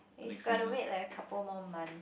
if got to wait like a couple more month